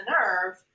nerve